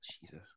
Jesus